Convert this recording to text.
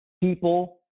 people